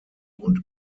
und